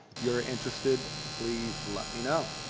if you're interested please let me know.